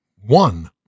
one